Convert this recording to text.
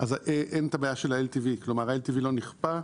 כל עולם המשכנתאות הוא בקבוצות נכים ככה.